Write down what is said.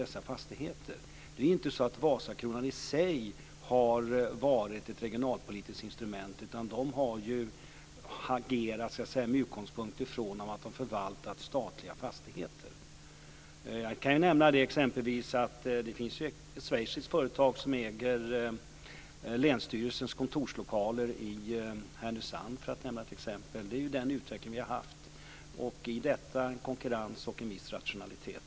Det är inte så att Vasakronan i sig har varit ett regionalpolitiskt instrument, utan de har agerat med utgångspunkt i att de har förvaltat statliga fastigheter. Jag kan nämna att det finns ett schweiziskt företag som äger länsstyrelsens kontorslokaler i Härnösand. Det är den utveckling vi har haft och med detta en konkurrens och en viss rationalitet.